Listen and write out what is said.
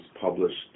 published